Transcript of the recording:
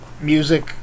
music